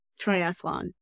triathlon